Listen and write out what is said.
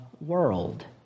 world